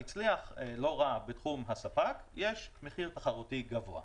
הצליח לא רק בתחום הספק יש מחיר תחרותי גבוה.